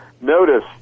Notice